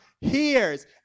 hears